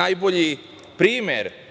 Najbolji primer